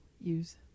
use